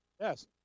Yes